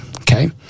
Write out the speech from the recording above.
okay